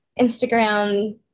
Instagram